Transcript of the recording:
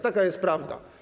Taka jest prawda.